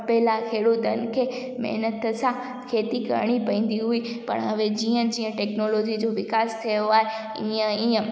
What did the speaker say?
पर पहेला खेडूतनि खे महिनत सां खेती करिणी पवंदी हुई पर हवे जीअं जीअं टेक्नोलॉजी जो विकास थियो आहे इअं इअं